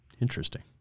Interesting